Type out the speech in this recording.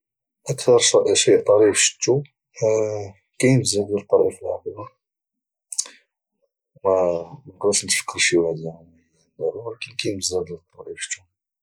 اكثر شيء طريف شتو كاينين بزاف ديال الطرائف في الحقيقة منقدرش نتفكر شي واحد زعما معين دبا ولكن كاينين بزاف ديال الطرائف شفتهم